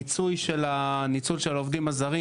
המיצוי של הניצול של העובדים הזרים